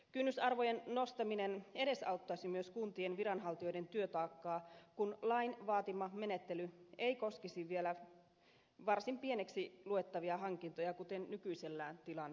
kynnysarvojen nostaminen edesauttaisi myös kuntien viranhaltijoiden työtaakkaa kun lain vaatima menettely ei koskisi vielä varsin pieneksi luettavia hankintoja kuten nykyisellään tilanne on